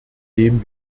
dem